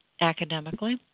academically